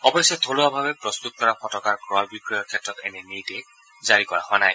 অৱশ্যে থলুৱাভাৱে প্ৰস্তত কৰা ফটকাৰ ক্ৰয় আৰু বিক্ৰয়ৰ ক্ষেত্ৰত এনে নিৰ্দেশনা জাৰি কৰা হোৱা নাই